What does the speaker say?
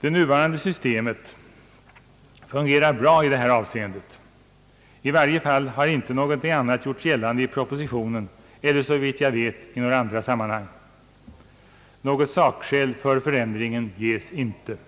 Det nuvarande systemet har fungerat bra i det här avseendet — i varje fall har något annat inte gjorts gällande i propositionen eller såvitt jag vet i några andra sammanhang. Något sakskäl för förändringen ges inte heller.